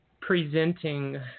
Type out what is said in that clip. presenting